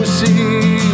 see